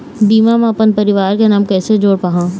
बीमा म अपन परवार के नाम कैसे जोड़ पाहां?